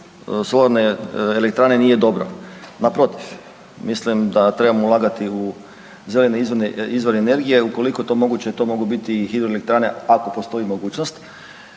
solarne elektrane nije dobro. Naprotiv, mislim da trebamo ulagati u zelene izvore energije ukoliko to moguće to mogu biti i hidroelektrane ako postoji mogućnost.